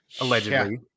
allegedly